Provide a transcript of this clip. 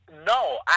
No